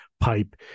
pipe